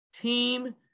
team